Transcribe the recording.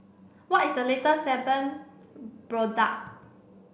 what is the latest Sebamed product